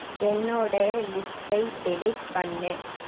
என்னுடைய லிஸ்ட்டை டெலீட் பண்ணு